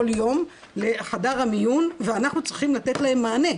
יום לחדר המיון ואנחנו צריכים לתת להם מענה.